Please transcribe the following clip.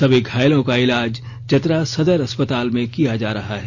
सभी घायलों का इलाज चतरा सदर अस्पताल में किया जा रहा है